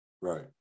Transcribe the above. Right